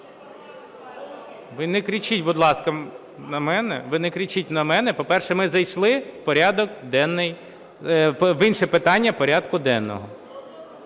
Ви не кричіть, будь ласка, на мене. Ви не кричіть на мене. По-перше, ми зайшли в порядок денний… В інше питання порядку денного.